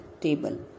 table